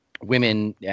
women